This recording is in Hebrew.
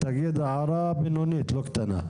אני חושב שלא מבדילים בין עסק למשקי